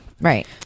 Right